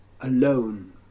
alone